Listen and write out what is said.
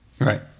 Right